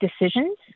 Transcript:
decisions